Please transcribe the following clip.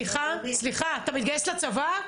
אתה מתגייס לצבא?